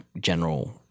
general